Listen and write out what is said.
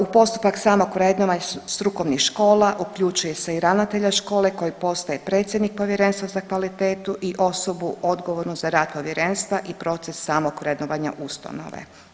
U postupak samog vrednovanja strukovnih škola uključuje se i ravnatelja škole koji postaje predsjednik povjerenstva za kvalitetu i osobu odgovornu za rad povjerenstva i proces samog vrednovanja ustanove.